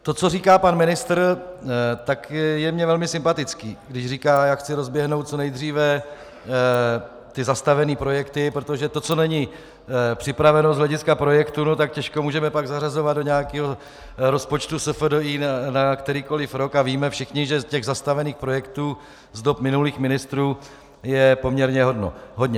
To, co říká pan ministr, je mně velmi sympatické, když říká: já chci rozběhnout co nejdříve zastavené projekty, protože to, co není připraveno z hlediska projektu, tak těžko můžeme pak zařazovat do nějakého rozpočtu SFDI na kterýkoliv rok, a víme všichni, že zastavených projektů za dob minulých ministrů je poměrně hodně.